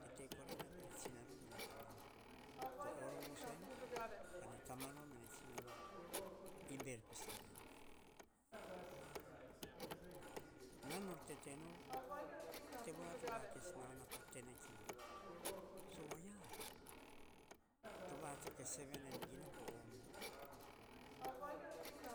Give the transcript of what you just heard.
tete korana pe tsinano mene tamano. Torovus ene pa ne tamno mene tsinano imber pe seven. Nan nor tete nor, tevoru ta kes nau na pa tene kiu to vatoka seven en gina po ombu,